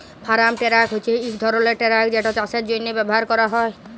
farm truck হছে ইক ধরলের টেরাক যেট চাষের জ্যনহে ব্যাভার ক্যরা হয়